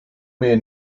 man